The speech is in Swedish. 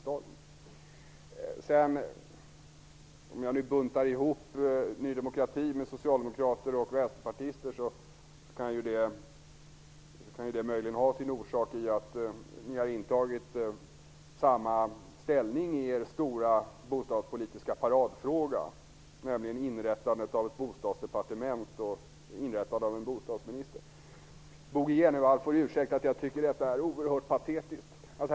Att jag buntar ihop nydemokrater med socialdemokrater och vänsterpartister kan möjligen bero på att ni har intagit samma ställning i er bostadspolitiska paradfråga, nämligen inrättandet av ett bostadsdepartement och införandet av en bostadsminister. Bo G Jenevall får ursäkta att jag tycker att detta är oerhört patetiskt.